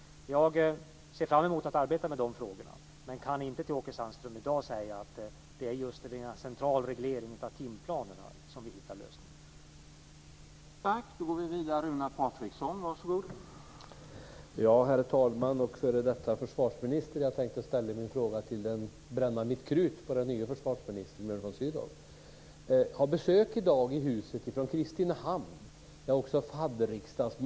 Jag ser fram emot att arbeta med de frågorna, men jag kan inte i dag säga till Åke Sandström att det är just genom en central reglering av timplanerna som vi hittar lösningarna.